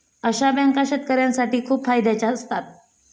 अशा बँका शेतकऱ्यांसाठी खूप फायद्याच्या असतात